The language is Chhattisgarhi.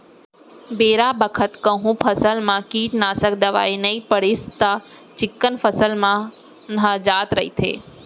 बेरा बखत कहूँ फसल म कीटनासक दवई नइ परिस त चिक्कन फसल मन ह जात रइथे